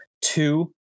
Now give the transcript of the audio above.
two